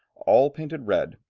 all painted red,